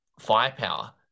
firepower